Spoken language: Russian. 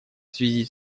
связи